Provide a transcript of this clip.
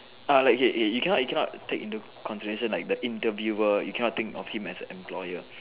orh like ya ya ya you cannot you cannot take into consideration like the interviewer you cannot think of him as an employer